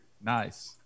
Nice